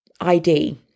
ID